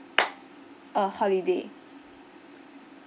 uh holiday